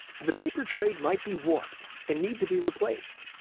the paper tray might be warped and need to be replaced.